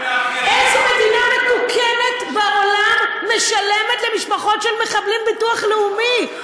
איזה מדינה מתוקנת בעולם משלמת למשפחות של מחבלים ביטוח לאומי?